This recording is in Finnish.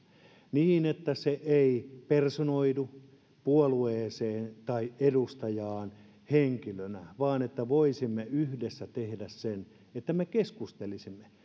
niin että se ei personoidu puolueeseen tai edustajaan henkilönä vaan että voisimme yhdessä tehdä sen että me keskustelisimme